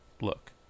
look